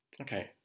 Okay